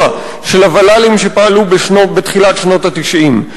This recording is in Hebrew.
של הוול"לים שפעלו בתחילת שנות ה-90.